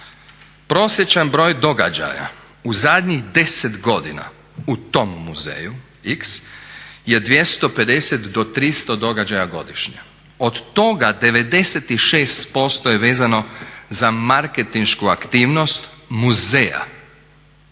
"Prosječan broj događaja u zadnjih 10 godina u tom muzeju x je 250 do 300 događaja godišnje. Od toga 96% je vezano za marketinšku aktivnost muzeja.